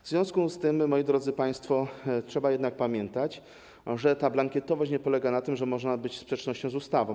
W związku z tym, drodzy państwo, trzeba jednak pamiętać, że ta blankietowość nie polega na tym, że można być w sprzeczności z ustawą.